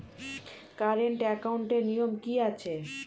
Current একাউন্টের নিয়ম কী আছে?